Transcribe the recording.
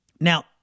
Now